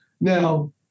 Now